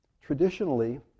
traditionally